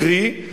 קרי,